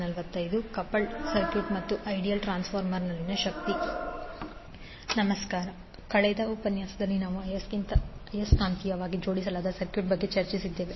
ನಮಸ್ಕಾರ ಕಳೆದ ಉಪನ್ಯಾಸನದಲ್ಲಿ ನಾವು ಆಯಸ್ಕಾಂತೀಯವಾಗಿ ಜೋಡಿಸಲಾದ ಸರ್ಕ್ಯೂಟ್ ಬಗ್ಗೆ ಚರ್ಚಿಸಿದ್ದೇವೆ